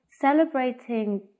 celebrating